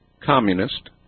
communist